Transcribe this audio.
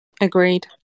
Agreed